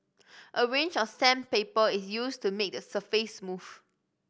a range of sandpaper is used to make the surface smooth